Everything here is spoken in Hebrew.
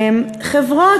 חברות